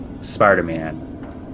spider-man